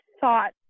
thought